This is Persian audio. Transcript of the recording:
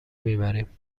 میبریم